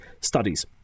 studies